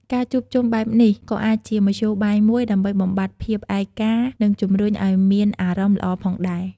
ការជួបជុំបែបនេះ ក៏អាចជាមធ្យោបាយមួយដើម្បីបំបាត់ភាពឯកា និងជំរុញឱ្យមានអារម្មណ៍ល្អផងដែរ។